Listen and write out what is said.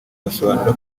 basobanura